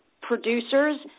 producers